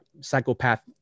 psychopath